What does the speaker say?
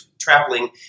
traveling